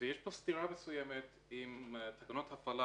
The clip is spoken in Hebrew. יש פה סתירה עם תקנות הפעלה,